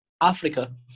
Africa